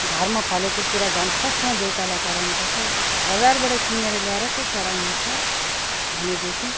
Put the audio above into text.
घरमा फलेको कुरा झन् फर्स्टमा देउतालाई चढाउनु पर्छ अब बजारबाट किनेर ल्याएर त चढाइन्छ भनेदेखि